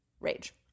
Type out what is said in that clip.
rage